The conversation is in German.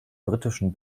britischen